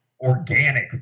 organic